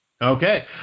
Okay